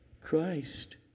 Christ